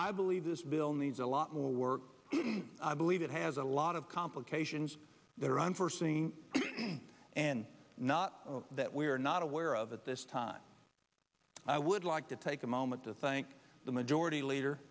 i believe this bill needs a lot more work believe it has a lot of complications that are on for singing and not that we are not aware of at this time i would like to take a moment to thank the majority leader